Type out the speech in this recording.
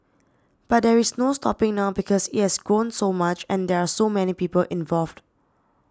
but there is no stopping now because it has grown so much and there are so many people involved